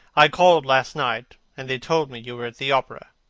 i called last night, and they told me you were at the opera.